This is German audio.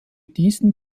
diesen